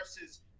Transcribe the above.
versus